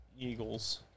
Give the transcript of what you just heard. Eagles